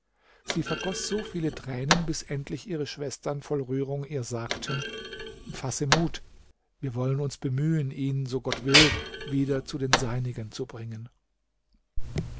sie vergoß so viele tränen bis endlich ihre schwestern voll rührung ihr sagten fasse mut wir wollen uns bemühen ihn so gott will wieder zu den seinigen zu bringen